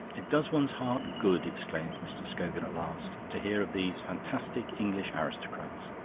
it does one's heart good, exclaimed mr. scogan at last, to hear of these fantastic english aristocrats.